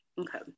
Okay